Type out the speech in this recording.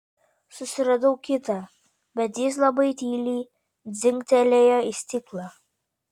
susiradau kitą bet jis labai tyliai dzingtelėjo į stiklą